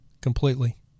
completely